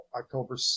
October